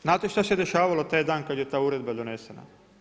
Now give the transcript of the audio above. Znate šta se dešavalo taj dan kad je ta uredba donesena?